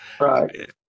Right